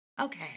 Okay